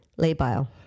labile